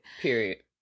Period